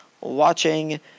watching